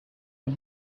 are